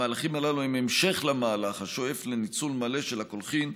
המהלכים הללו הם המשך למהלך השואף לניצול מלא של הקולחים,